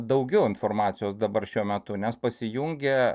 daugiau informacijos dabar šiuo metu nes pasijungia